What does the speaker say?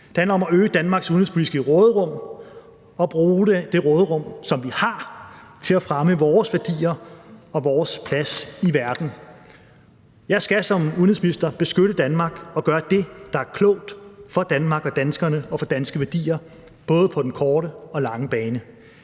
Det handler om at øge Danmarks udenrigspolitiske råderum og bruge det råderum, som vi har, til at fremme vores værdier og vores plads i verden. Jeg skal som udenrigsminister beskytte Danmark og gøre det, der er klogt for Danmark og danskerne og for danske værdier, både på den korte og den lange bane.